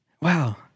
Wow